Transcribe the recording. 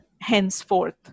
henceforth